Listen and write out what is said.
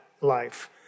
life